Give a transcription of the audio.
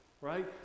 right